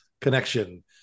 connection